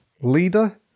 leader